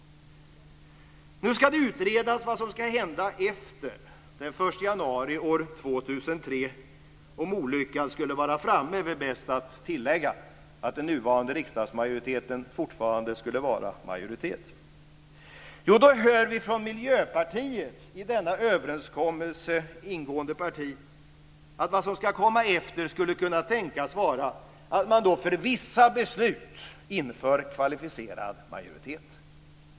Nu ska det utredas vad som ska hända efter den 1 januari år 2003 om olyckan skulle vara framme, är väl bäst att tillägga, att den nuvarande riksdagsmajoriteten fortfarande skulle vara majoritet. Då hör vi från Miljöpartiet - ett i denna överenskommelse ingående parti - att det som ska komma efter skulle kunna tänkas vara att man för vissa beslut inför kvalificerad majoritet.